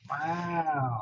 wow